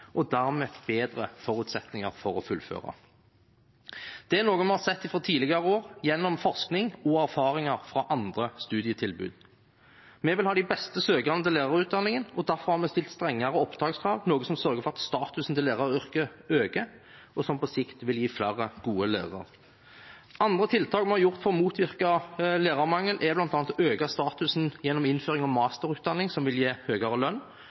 og har dermed bedre forutsetninger for å fullføre. Det er noe vi har sett fra tidligere år gjennom forskning og erfaringer fra andre studietilbud. Vi vil ha de beste søkerne til lærerutdanningen, og derfor har vi stilt strengere opptakskrav, noe som sørger for at statusen til læreryrket øker, og som på sikt vil gi flere gode lærere. Andre tiltak vi har gjort for å motvirke lærermangel, er bl.a. å øke statusen gjennom innføring av masterutdanning, som vil gi høyere lønn,